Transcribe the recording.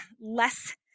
less